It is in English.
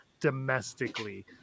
domestically